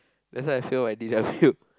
let's say I fail my D_W